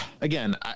again